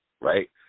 right